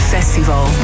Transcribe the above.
Festival